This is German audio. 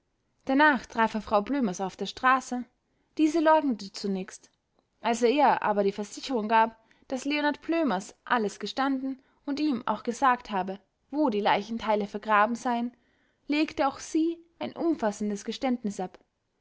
danach traf er frau blömers auf der straße diese leugnete zunächst als er ihr aber die versicherung gab daß leonard blömers alles gestanden und ihm auch gesagt habe wo die leichenteile vergraben seien legte auch sie ein umfassendes geständnis ab